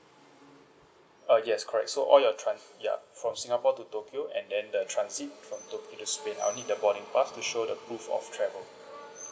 uh yes correct so all your tran~ yeah from singapore to tokyo and then the transit from tokyo to spain I'll need the boarding pass to show the proof of travel